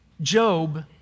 Job